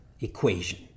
equation